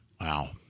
Wow